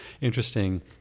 interesting